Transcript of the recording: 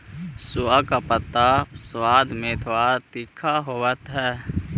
सोआ का पत्ता स्वाद में थोड़ा तीखा होवअ हई